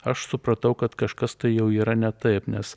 aš supratau kad kažkas tai jau yra ne taip nes